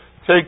Take